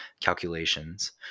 calculations